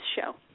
show